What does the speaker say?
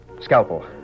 Scalpel